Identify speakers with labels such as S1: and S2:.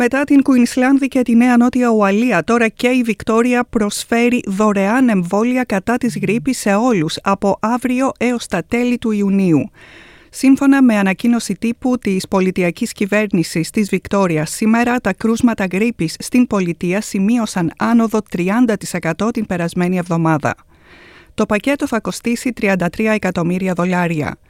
S1: Μετά την Κουινσλάνδη και τη Νέα Νότια Ουαλία, τώρα και η Βικτόρια προσφέρει δωρεάν εμβόλια κατά της γρήπης σε όλους, από αύριο έως τα τέλη του Ιουνίου. Σύμφωνα με ανακοίνωση τύπου της πολιτιακής κυβέρνησης της Βικτόριας, σήμερα τα κρούσματα γρήπης στην πολιτεία σημείωσαν άνοδο 30% την περασμένη εβδομάδα. Το πακέτο θα κοστίσει 33 εκατομμύρια δολάρια.